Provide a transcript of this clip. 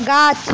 গাছ